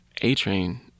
A-Train